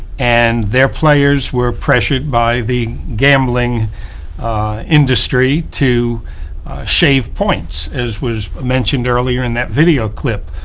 and their players were pressured by the gambling industry to shave points as was mentioned earlier in that video clip.